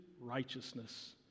Righteousness